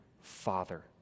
Father